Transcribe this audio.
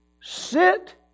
sit